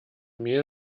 mel